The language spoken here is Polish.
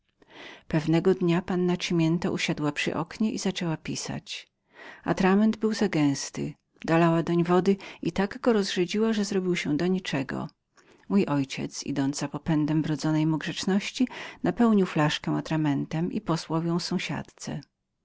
pewnego dnia panna cimiento usiadła w oknie i zaczęła pisać atrament był zupełnie gęstym dolała doń wody i tak go rozrzedziła że nie mógł na nic jej się przydać mój ojciec idąc za popędem wrodzonego mu uczucia grzeczności napełnił flaszkę najlepszym swoim atramentem i posłał ją sąsiadce